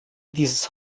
dieses